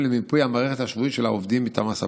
למיפוי המערכת השבועית של העובדים מטעם הספק.